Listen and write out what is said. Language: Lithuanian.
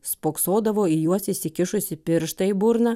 spoksodavo į juos įsikišusi pirštą į burną